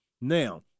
Now